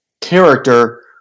character